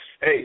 hey